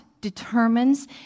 determines